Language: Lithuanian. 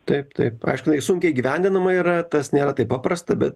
taip taip aišku jinai sunkiai įgyvendinama yra tas nėra taip paprasta bet